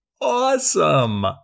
awesome